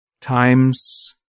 times